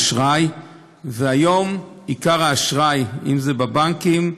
והיום, עיקר האשראי, אם זה בבנקים,